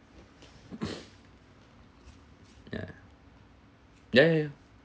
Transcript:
ya ya ya ya